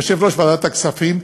יושב-ראש ועדת הכספים,